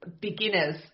beginners –